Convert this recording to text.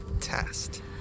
test